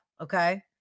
Okay